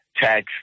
tax